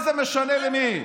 מה זה משנה למי?